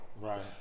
Right